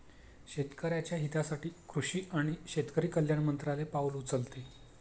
शेतकऱ्याच्या हितासाठी कृषी आणि शेतकरी कल्याण मंत्रालय पाउल उचलते